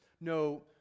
no